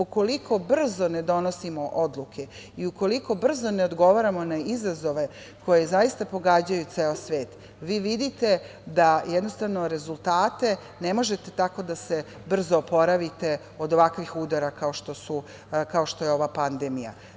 Ukoliko brzo ne donosimo odluke i ukoliko brzo ne odgovaramo na izazove koji zaista pogađaju ceo svet, vi vidite da jednostavno ne možete tako brzo da se oporavite od ovakvih udara kao što je ova pandemija.